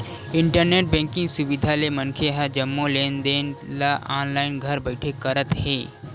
internet banking सुबिधा ले मनखे ह जम्मो लेन देन ल ऑनलाईन घर बइठे करत हे